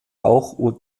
auch